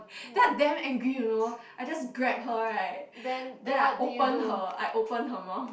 then I damn angry you know I just grab her right then I open her I open her mouth